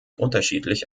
unterschiedlich